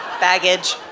baggage